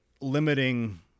limiting